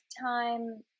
time